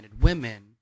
women